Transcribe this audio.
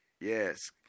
Yes